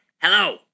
Hello